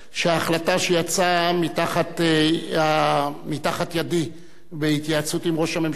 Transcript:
שההחלטה שיצאה מתחת ידי בהתייעצות עם ראש הממשלה